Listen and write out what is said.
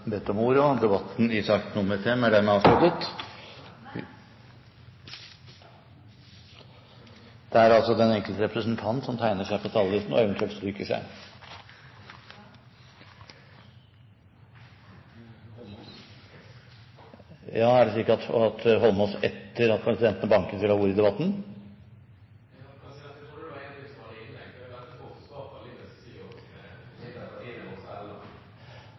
bedt om ordet, og debatten i sak nr. 5 er dermed avsluttet. Nei, Høyre har bedt om ordet. Det er den enkelte representant som tegner seg på talerlisten, og eventuelt stryker seg. – Er det slik at Holmås, etter at presidenten banket, ville ha ordet i debatten? Jeg trodde det